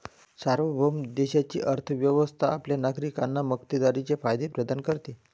सार्वभौम देशाची अर्थ व्यवस्था आपल्या नागरिकांना मक्तेदारीचे फायदे प्रदान करते